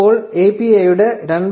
ഇപ്പോൾ API യുടെ 2